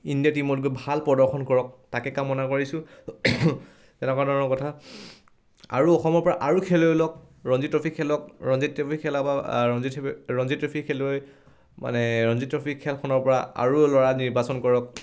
India টিমতকৈ ভাল প্ৰদৰ্শন কৰক তাকে কামনা কৰিছোঁ তেনেকুৱা ধৰণৰ কথা আৰু অসমৰ পৰা আৰু খেলুৱৈ লওক ৰঞ্জিত ট্ৰফি খেলক ৰঞ্জিত ট্ৰফি খেলা বা ৰঞ্জিত ৰঞ্জি ট্ৰফি খেলুৱৈ মানে ৰঞ্জি ট্ৰফি খেলখনৰ পৰা আৰু ল'ৰা নিৰ্বাচন কৰক